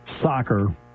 soccer